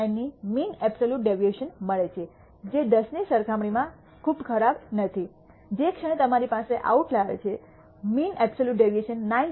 9 ની mean absolute deviation મળે છે જે ૧૦ ની સરખામણીમાં ખૂબ ખરાબ નથી જે ક્ષણે તમારી પાસે આઉટલાયર છે મીન અબ્સોલ્યૂટ ડેવિએશન 9